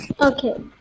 Okay